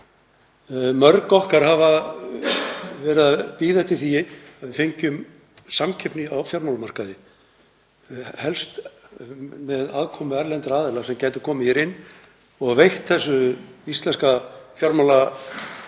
Mörg okkar hafa verið að bíða eftir því að við fengjum samkeppni á fjármálamarkaði, helst með aðkomu erlendra aðila sem gætu komið hér inn og veitt íslensku fjármálakerfi